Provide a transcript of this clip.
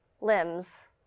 limbs